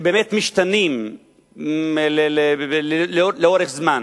שבאמת משתנים לאורך זמן,